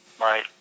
Right